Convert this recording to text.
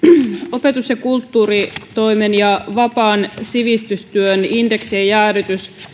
opetus ja kulttuuritoimen ja vapaan sivistystyön indeksien jäädytys